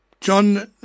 John